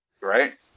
Right